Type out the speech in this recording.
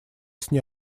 сне